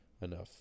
enough